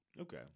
Okay